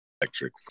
electric